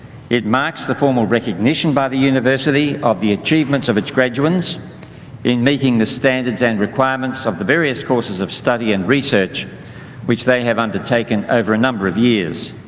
it marks the formal recognition by the university of the achievements of its graduates in meeting the standards and requirements of the various courses of study and research which they have undertaken over a number of years.